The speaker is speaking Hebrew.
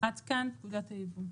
עד כאן פקודת היבוא.